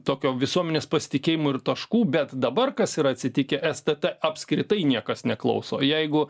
tokio visuomenės pasitikėjimo ir taškų bet dabar kas yra atsitikę stt apskritai niekas neklauso jeigu